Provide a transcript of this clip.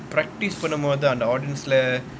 practice பண்ணும் போது அந்த:pannum pothu antha audience leh